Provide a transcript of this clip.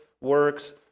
works